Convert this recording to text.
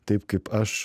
taip kaip aš